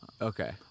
Okay